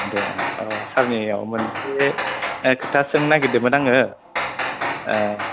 दे सारनियाव मोनसे खोथा सोंनो नागिरदोंमोन आङो